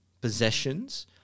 possessions